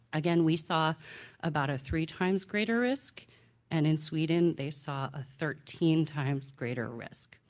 again we saw about three times greater risk and in sweden they saw a thirteen times greater risk.